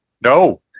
No